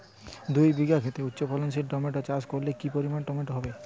দুই বিঘা খেতে উচ্চফলনশীল টমেটো চাষ করলে কি পরিমাণ টমেটো হবে?